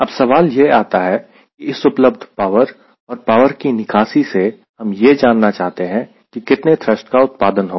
अब सवाल यह आता है कि इस उपलब्ध पावर और पावर की निकासी से हम यह जानना चाहते हैं कि कितने थ्रस्ट का उत्पादन होगा